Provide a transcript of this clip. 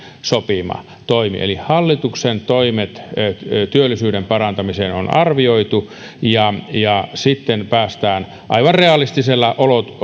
sopima toimi eli hallituksen toimet työllisyyden parantamiseksi on arvioitu ja ja sitten päästään aivan realistisella